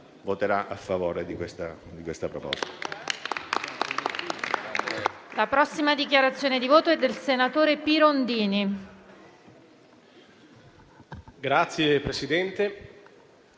voterà a favore di questa proposta.